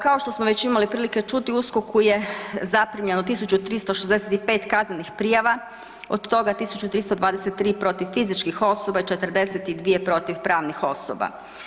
Kao što smo već imali prilike čuti u USKOK-u je zaprimljeno 1365 kaznenih prijava od toga 1323 protiv fizičkih osoba i 42 protiv pravnih osoba.